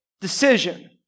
decision